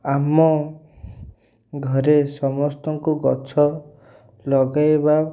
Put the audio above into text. ଆମ ଘରେ ସମସ୍ତଙ୍କୁ ଗଛ ଲଗାଇବା